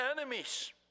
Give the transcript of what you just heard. enemies